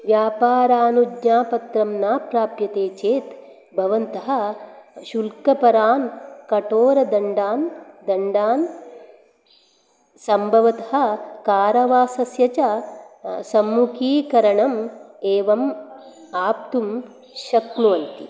व्यापारानुज्ञापत्रं न प्राप्यते चेत् भवन्तः शुल्कपरान् कठोरदण्डान् दण्डान् सम्भवतः कारवासस्य च सम्मुखीकरणम् एवम् आप्तुं शक्नुवन्ति